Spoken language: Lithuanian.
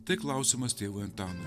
tai klausimas tėvui antanui